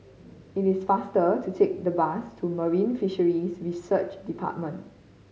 it is faster to take the bus to Marine Fisheries Research Department